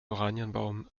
oranienbaum